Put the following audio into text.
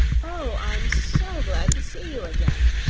oh, i'm so glad to see you again!